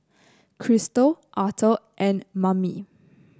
Kristal Arthur and Mame